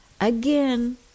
again